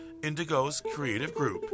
indigoscreativegroup